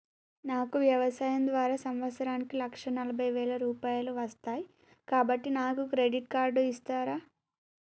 నాకు వ్యవసాయం ద్వారా సంవత్సరానికి లక్ష నలభై వేల రూపాయలు వస్తయ్, కాబట్టి నాకు క్రెడిట్ కార్డ్ ఇస్తరా?